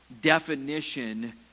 definition